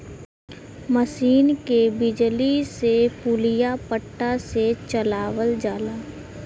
मसीन के बिजली से पुलिया पट्टा से चलावल जाला